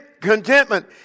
contentment